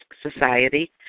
society